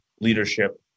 leadership